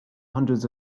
hundreds